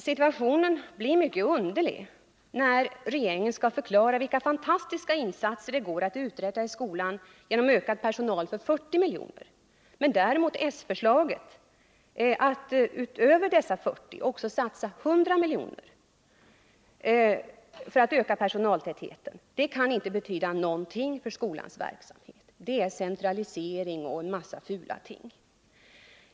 Situationen blir emellertid underlig när regeringen skall förklara vilka fantastiska insatser det går att göra i skolan genom ökad personaltäthet för 40 milj.kr., medan däremot det socialdemokratiska förslaget att utöver dessa 40 miljoner satsa 100 miljoner för att öka personaltätheten inte betyder någonting för skolans verksamhet.